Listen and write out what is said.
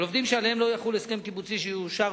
על עובדים שעליהם לא יחול הסכם קיבוצי שיאושר